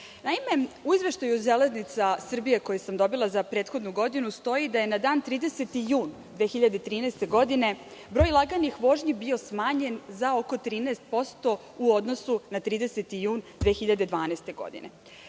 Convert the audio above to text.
Naime, u izveštaju „Železnica Srbije“ koji sam dobila za prethodnu godinu stoji da je na dan 30. jun 2013. godine broj laganih vožnji bio smanjen za oko 13% u odnosu na 30. jun 2012. godine.